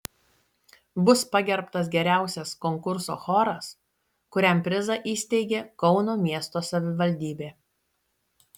bus pagerbtas geriausias konkurso choras kuriam prizą įsteigė kauno miesto savivaldybė